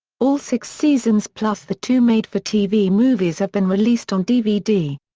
all six seasons plus the two made-for-tv movies have been released on dvd.